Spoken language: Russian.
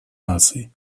наций